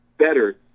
better